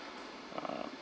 uh